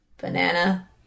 Banana